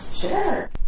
Sure